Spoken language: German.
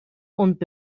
und